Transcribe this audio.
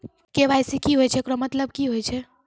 KYC की होय छै, एकरो मतलब की होय छै?